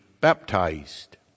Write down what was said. baptized